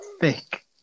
thick